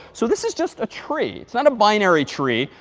so this is just a tree. it's not a binary tree,